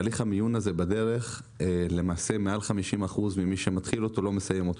בהליך המיון מעל ל-50% ממי שמתחיל אותו לא מסיים אותו,